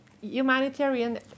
Humanitarian